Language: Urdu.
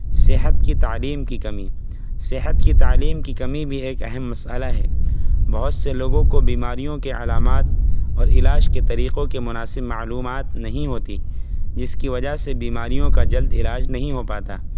صحت کی تعلیم کی کمی صحت کی تعلیم کی کمی بھی ایک اہم مسئلہ ہے بہت سے لوگوں کو بیماریوں کے علامات اور علاج کے طریقوں کے مناسب معلومات نہیں ہوتی جس کی وجہ سے بیماریوں کا جلد علاج نہیں ہو پاتا